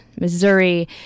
Missouri